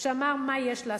שאמר מה יש לעשות.